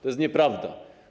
To jest nieprawda.